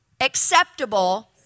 acceptable